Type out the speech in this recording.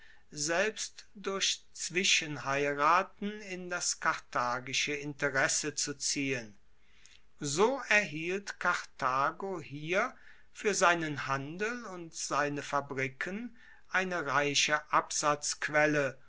selbst durch zwischenheiraten in das karthagische interesse zu ziehen so erhielt karthago hier fuer seinen handel und seine fabriken eine reiche